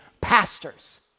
pastors